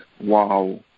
wow